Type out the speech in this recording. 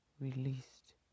released